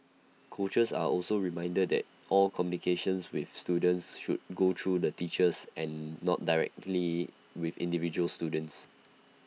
coaches are also reminded that all communication with students should go through the teachers and not directly with individual students